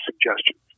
Suggestions